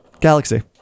Galaxy